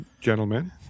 gentlemen